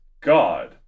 God